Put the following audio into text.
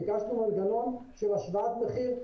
ביקשנו הגיון של השוואת מחירים.